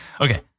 Okay